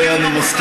זה, אני מסכים.